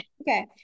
Okay